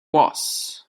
was